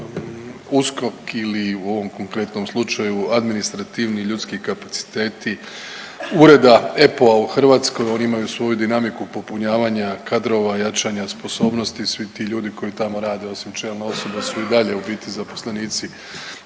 USKOK ili u ovom konkretnom slučaju administrativni ljudski kapaciteti Ureda EPO-a u Hrvatskoj. Oni imaju svoju dinamiku popunjavanja kadrova, jačanja sposobnosti. Svi ti ljudi koji tamo rade osim čelne osobe su i dalje u biti zaposlenici